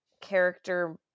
character